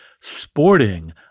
sporting